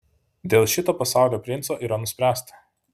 dėl šito pasaulio princo yra nuspręsta